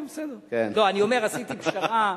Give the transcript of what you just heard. אתה לא צריך להיות, תהיה בטוח שזה היה ברצינות.